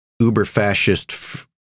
uber-fascist